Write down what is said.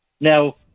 Now